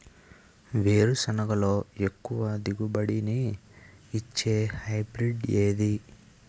వేరుసెనగ లో ఎక్కువ దిగుబడి నీ ఇచ్చే హైబ్రిడ్ ఏది?